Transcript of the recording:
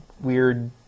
weird